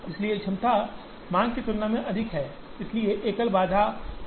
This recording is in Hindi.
इसलिए क्षमता मांग की तुलना में अधिक है इसलिए एकल बाधा उन सभी का ध्यान रखती है